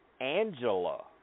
Angela